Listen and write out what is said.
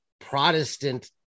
Protestant